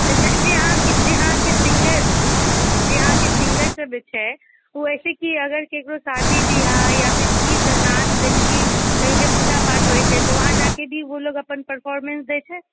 जे अहाँके जे अहाँके सिंगर जे अहाँके सिंगरसभ जे छै ओ ऐसे की अगर ककरो शादी बियाह या फिर गीत नाद जैसेकि कहीँपे पूजा पाठ होइत छै तऽ वहाँ जाके भी ओ लोग अपन परफॉरमेंस दैत छै